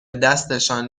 دستشان